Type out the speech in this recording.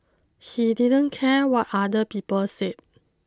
he didn't care what other people said